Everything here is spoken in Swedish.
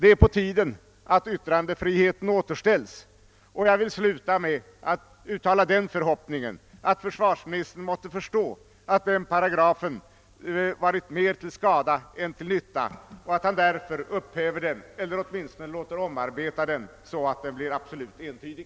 Det är på tiden att yttrandefriheten återställs, och jag vill sluta med att uttala den förhoppningen att försvarsministern måtte förstå att den paragrafen varit mera till skada än till nytta och att han därför upphäver den eller åtminstone låter omarbeta den så att den blir absolut entydig.